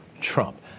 Trump